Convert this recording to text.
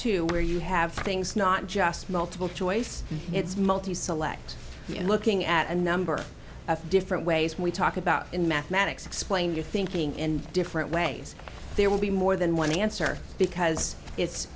too where you have things not just multiple choice it's multi select you're looking at a number of different ways we talk about in mathematics explain your thinking in different ways there will be more than one answer because it's